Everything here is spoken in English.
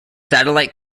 satellite